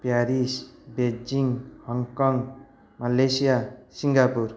Paris Beijing Hong Kong Malaysia Singapore